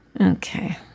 Okay